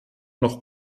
noch